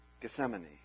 Gethsemane